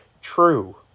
True